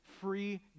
free